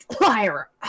Liar